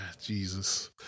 Jesus